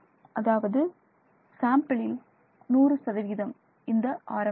அதாவது சாம்பிளில் 100 இந்த ஆரம்ப எடை